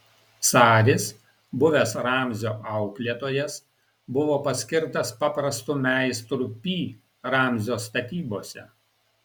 saris buvęs ramzio auklėtojas buvo paskirtas paprastu meistru pi ramzio statybose